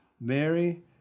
Mary